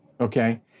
okay